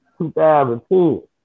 2010